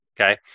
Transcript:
okay